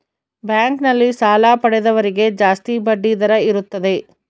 bank ನಲ್ಲಿ ಸಾಲ ಪಡೆದವರಿಗೆ ಜಾಸ್ತಿ ಬಡ್ಡಿ ದರ ಇರುತ್ತದೆ